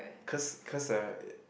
cause cause uh